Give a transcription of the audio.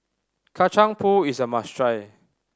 Kacang Pool is a must try